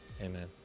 amen